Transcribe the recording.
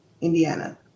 Indiana